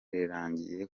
rirangiye